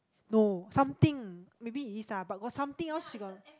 no something maybe it is ah but got something else she got